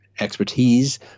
Expertise